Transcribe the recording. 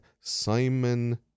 Simon